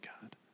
God